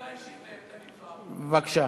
בבקשה.